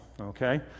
okay